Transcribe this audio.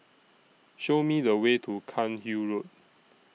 Show Me The Way to Cairnhill Road